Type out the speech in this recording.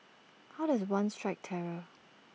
how does one strike terror